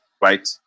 right